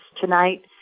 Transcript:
tonight